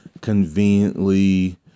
conveniently